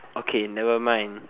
okay nevermind